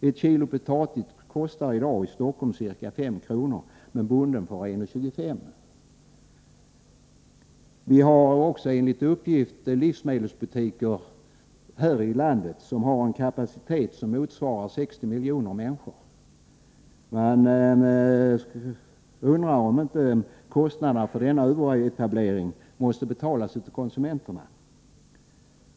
Ett kilo potatis kostar i dag i Stockholm ca 5 kr., men bonden får 1:25 kr. Enligt uppgift har vi också livsmedelsbutiker här i landet med en kapacitet som motsvarar 60 miljoner människors behov. Man undrar om inte kostnaderna för denna överetablering måste betalas av konsumenterna.